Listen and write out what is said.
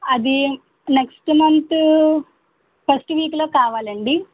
అది next month first వీక్లో కావాలండి